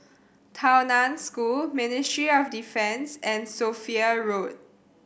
Tao Nan School Ministry of Defence and Sophia Road